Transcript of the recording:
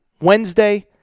Wednesday